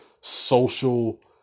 social